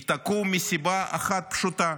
היא תקום מסיבה אחת פשוטה: